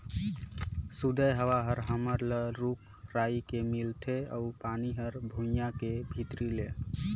सुदय हवा हर हमन ल रूख राई के मिलथे अउ पानी हर भुइयां के भीतरी ले